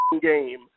game